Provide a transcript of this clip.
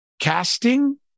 casting